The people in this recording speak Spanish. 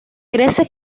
crece